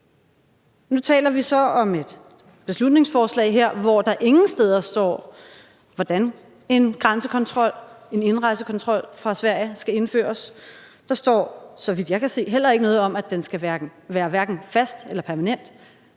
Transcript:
Nu taler vi så om et beslutningsforslag her, hvor der ingen steder står, hvordan en grænsekontrol, en indrejsekontrol fra Sverige skal indføres. Der står, så vidt jeg kan se, heller ikke noget om, om den skal være fast eller permanent